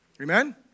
Amen